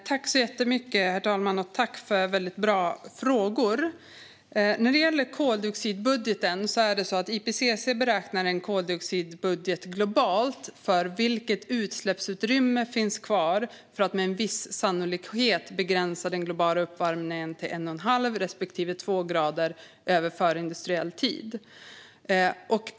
Herr talman! Jag tackar för väldigt bra frågor. När det gäller koldioxidbudgeten beräknar IPCC en koldioxidbudget globalt för vilket utsläppsutrymme som finns kvar för att med en viss sannolikhet begränsa den globala uppvärmningen till 1,5 respektive 2 grader över förindustriell tid.